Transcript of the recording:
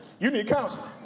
you need counseling.